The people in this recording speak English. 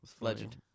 Legend